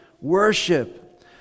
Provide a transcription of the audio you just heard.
worship